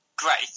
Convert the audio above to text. Great